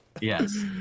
Yes